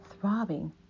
throbbing